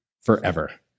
forever